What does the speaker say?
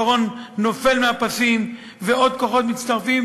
הקרון נופל מהפסים ועוד כוחות מצטרפים,